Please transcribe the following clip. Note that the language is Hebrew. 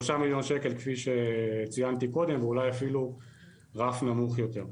שלושה מיליון ₪ כפי שציינתי קודם ואולי אפילו רף נמוך יותר.